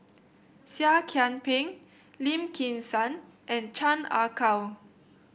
Seah Kian Peng Lim Kim San and Chan Ah Kow